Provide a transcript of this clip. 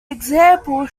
example